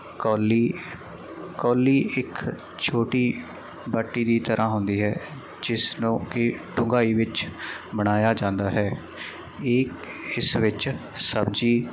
ਕੌਲੀ ਕੌਲੀ ਇੱਕ ਛੋਟੀ ਬਾਟੀ ਦੀ ਤਰ੍ਹਾਂ ਹੁੰਦੀ ਹੈ ਜਿਸ ਨੂੰ ਕਿ ਡੁੰਘਾਈ ਵਿੱਚ ਬਣਾਇਆ ਜਾਂਦਾ ਹੈ ਇਹ ਇਸ ਵਿੱਚ ਸਬਜ਼ੀ